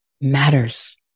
matters